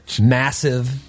massive